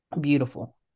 beautiful